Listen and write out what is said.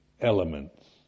elements